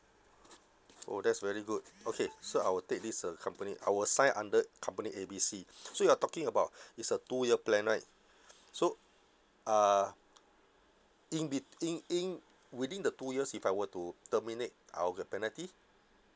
oh that's very good okay so I will take this uh company I will sign under company A B C so you're talking about it's a two year plan right so uh in be~ in in within the two years if I were to terminate I'll get penalty